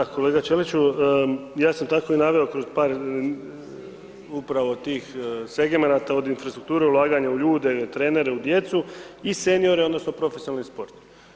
Da, kolega Ćeliću, ja sam tako naveo i kroz upravo tih segmenata od infrastrukture, ulaganje u ljude, trenere, u djecu i seniore odnosno profesionalni sport.